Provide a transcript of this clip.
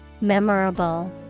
Memorable